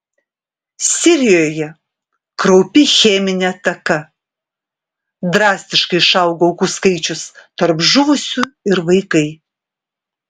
sirijoje kraupi cheminė ataka drastiškai išaugo aukų skaičius tarp žuvusių ir vaikai